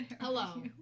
Hello